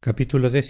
proponerle